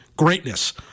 Greatness